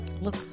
Look